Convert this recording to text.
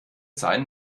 seinen